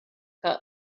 que